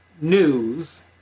News